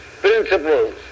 principles